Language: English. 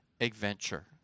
adventure